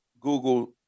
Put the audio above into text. Google